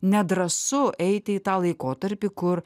nedrąsu eiti į tą laikotarpį kur